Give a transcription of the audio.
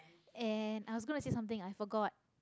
and I gonna to say something I forgot